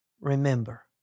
Remember